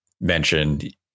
mentioned